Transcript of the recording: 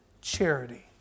charity